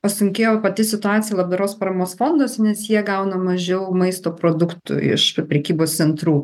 pasunkėjo pati situacija labdaros paramos fondas jie gauna mažiau maisto produktų iš prekybos centrų